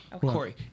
Corey